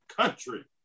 country